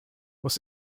was